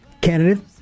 candidate